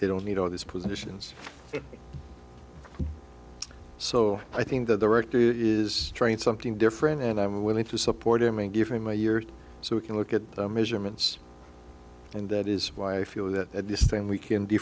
they don't need all these positions so i think that the rector is trying something different and i'm willing to support him and give him a year so we can look at the measurements and that is why i feel that at this time we can d